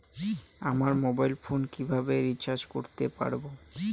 আমার mobile phone কিভাবে recharge করতে পারব?